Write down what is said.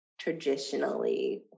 traditionally